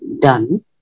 done